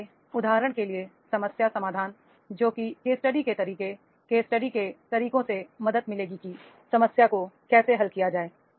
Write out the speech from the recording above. इसलिए उदाहरण के लिए समस्या समाधान जो कि केस स्टडी के तरीके केस स्टडी के तरीकों से मदद मिलेगी कि समस्याओं को कैसे हल किया जाए